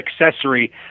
accessory